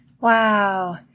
Wow